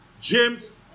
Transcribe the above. James